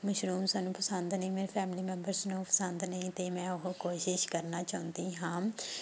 mushroom ਸਾਨੂੰ ਪਸੰਦ ਨਹੀਂ ਮੇਰੀ ਫੈਮਿਲੀ ਮੈਬਰਸ ਨੂੰ ਪਸੰਦ ਨਹੀਂ ਅਤੇ ਮੈਂ ਉਹ ਕੋਸ਼ਿਸ਼ ਕਰਨਾ ਚਾਹੁੰਦੀ ਹਾਂ